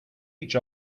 each